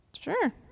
sure